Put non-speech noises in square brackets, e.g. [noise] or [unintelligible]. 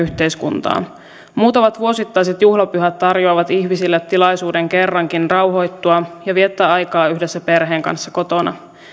[unintelligible] yhteiskuntaa muutamat vuosittaiset juhlapyhät tarjoavat ihmisille tilaisuuden kerrankin rauhoittua ja viettää aikaa yhdessä perheen kanssa kotona